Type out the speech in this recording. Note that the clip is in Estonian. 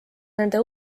nende